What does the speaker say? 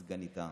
על סגניתה,